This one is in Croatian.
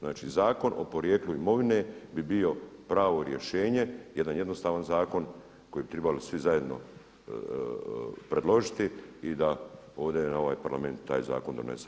Znači Zakon o porijeklu imovine bi bio pravo rješenje, jedan jednostavan zakon kojeg bi trebali svi zajedno predložiti i da ovdje ovaj Parlament taj zakon donese.